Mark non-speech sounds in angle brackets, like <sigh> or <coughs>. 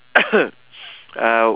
<coughs> uh